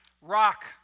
rock